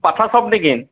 পাঠা শ্বপ নেকি